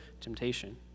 temptation